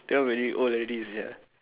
tell already old already sia